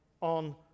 on